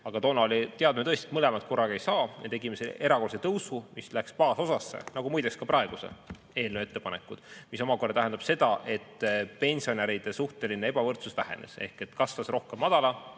aga toona oli teadmine, et mõlemat korraga ei saa. Me tegime selle erakorralise tõusu, mis läks baasosasse, nagu on muide ka praeguse eelnõu ettepanekud. See aga tähendas seda, et pensionäride suhteline ebavõrdsus vähenes ehk kasvas rohkem madala